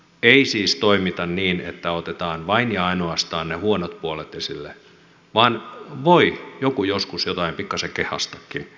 ei siis toimita niin että otetaan vain ja ainoastaan ne huonot puolet esille vaan voi joku joskus jotain pikkaisen kehaistakin